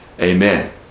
Amen